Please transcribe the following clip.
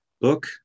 book